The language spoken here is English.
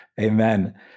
Amen